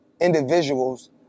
individuals